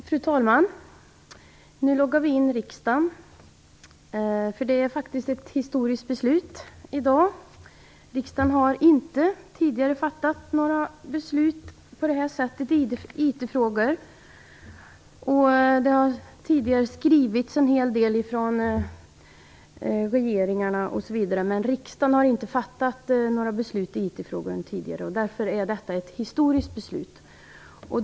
Fru talman! Nu loggar vi in riksdagen. Det är faktiskt ett historiskt beslut som vi skall fatta i dag. Riksdagen har tidigare inte fattat några liknande beslut om IT-frågor. Det har tidigare skrivits en hel del från olika regeringar, men riksdagen har inte fattat några beslut om IT-frågor tidigare, och därför är detta ett historiskt beslut.